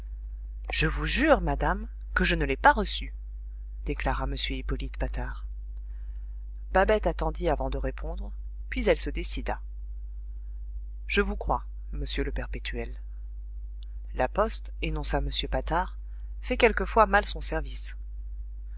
je vous jure madame que je ne l'ai pas reçue déclara m hippolyte patard babette attendit avant de répondre puis elle se décida je vous crois monsieur le perpétuel la poste énonça m patard fait quelquefois mal son service